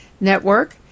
network